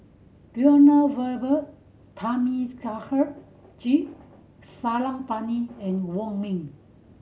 Lloyd Valberg Thamizhavel G Sarangapani and Wong Ming